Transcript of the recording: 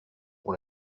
pour